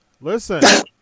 Listen